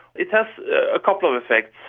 it has a couple of effects.